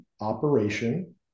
operation